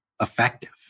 effective